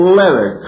leather